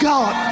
God